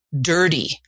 dirty